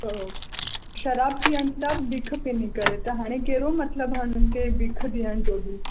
उहो शराब पीअनि था बीख पिनी करे त हाणे कहिड़ो मतलबु आहे उन्हनि खे बीख बीहण जो बि